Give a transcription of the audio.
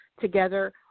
together